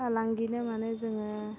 फालांगिनो माने जोङो